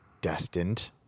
destined